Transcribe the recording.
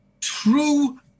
true